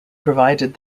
provided